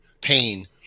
pain